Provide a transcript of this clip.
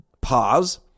pause